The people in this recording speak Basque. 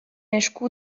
esku